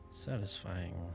satisfying